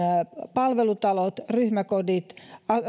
palvelutalot ryhmäkodit